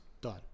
Done